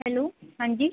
hello हाँ जी